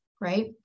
right